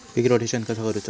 पीक rotation कसा करूचा?